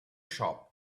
shop